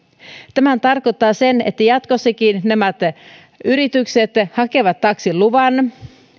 tämähän tarkoittaa sitä että jatkossakin nämä yritykset hakevat taksiluvan